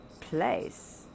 place